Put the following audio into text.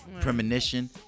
Premonition